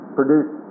produced